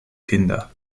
kinder